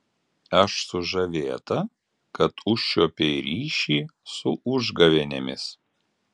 aš sužavėta kad užčiuopei ryšį su užgavėnėmis